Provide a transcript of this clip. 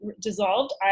dissolved